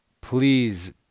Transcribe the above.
please